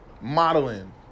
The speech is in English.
modeling